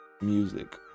music